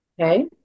Okay